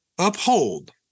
Uphold